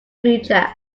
future